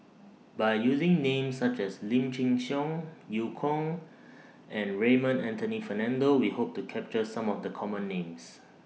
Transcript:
By using Names such as Lim Chin Siong EU Kong and Raymond Anthony Fernando We Hope to capture Some of The Common Names